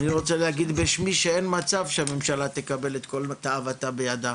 אני רוצה להגיד בשמי שאין מצב שהממשלה תקבל את כל תאוותה בידה.